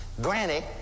Granny